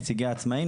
נציגי העצמאים,